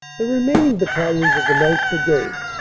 the remaining battalions of the ninth. brigade,